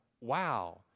wow